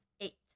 eight